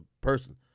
person